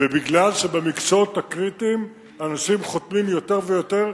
ומשום שבמקצועות הקריטיים אנשים חותמים יותר ויותר,